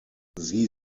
sie